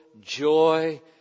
joy